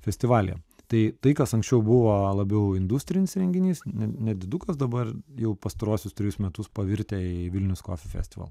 festivalyje tai tai kas anksčiau buvo labiau industrinis renginys ne nedidukas dabar jau pastaruosius trejus metus pavirtę į vilnius kofy festival